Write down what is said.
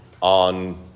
on